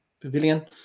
Pavilion